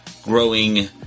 growing